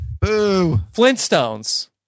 Flintstones